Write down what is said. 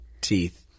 teeth